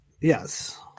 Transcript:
yes